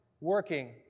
working